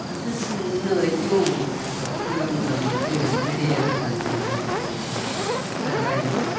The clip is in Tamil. அதுக்கு முன்னே வரைக்கும் எனக்கு அப்துல் கலாம்ங்கிறவங்க வந்து முன்னாடியே இறந்துட்டாங்க அப்டிங்கிற ஒரு இதில்தான் இருந்தேன்